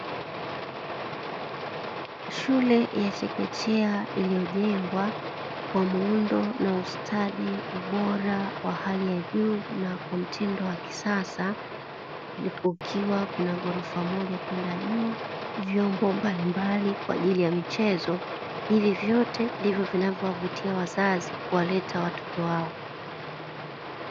Shule ya chekechea iliyojengwa kwa muundo, ustadi, ubora wa hali ya juu na mtindo wa kisasa kukiwa na ghorofa moja kwenda juu vyombo mbalimbali kwa ajili ya michezo, hivi vyote ndivyo vinavyowavutia wazazi kuwaleta watoto wao.